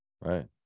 Right